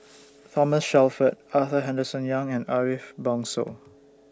Thomas Shelford Arthur Henderson Young and Ariff Bongso